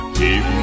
keep